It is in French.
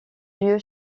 lieu